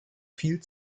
viel